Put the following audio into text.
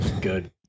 good